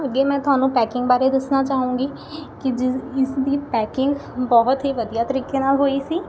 ਅੱਗੇ ਮੈਂ ਤੁਹਾਨੂੰ ਪੈਕਿੰਗ ਬਾਰੇ ਦੱਸਣਾ ਚਾਹੂੰਗੀ ਕਿ ਜਿਸ ਇਸਦੀ ਪੈਕਿੰਗ ਬਹੁਤ ਹੀ ਵਧੀਆ ਤਰੀਕੇ ਨਾਲ਼ ਹੋਈ ਸੀ